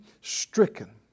stricken